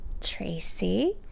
Tracy